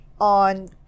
on